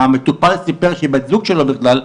שהמטופל סיפר שהיא בת הזוג שלו בכלל,